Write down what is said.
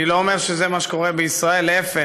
אני לא אומר שזה מה שקורה בישראל, להפך,